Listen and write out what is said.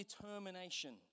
determination